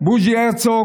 בוז'י הרצוג,